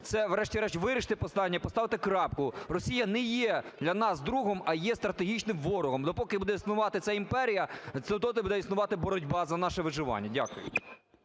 це врешті-решт вирішити питання і поставити крапку. Росія не є для нас другом, а є стратегічним ворогом. Допоки буде існувати ця імперія, доти буде існувати боротьба за наше виживання. Дякую.